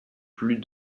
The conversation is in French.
plus